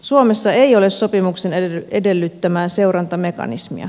suomessa ei ole sopimuksen edellyttämää seurantamekanismia